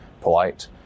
polite